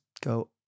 go